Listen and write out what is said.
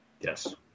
Yes